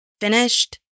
finished